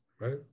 right